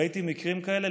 ראיתי מקרים כאלה.